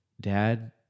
dad